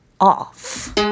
off